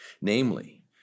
Namely